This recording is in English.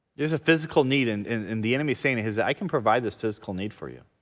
there's a physical need and in the enemy saying is that i can provide this physical need for you.